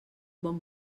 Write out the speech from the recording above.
bon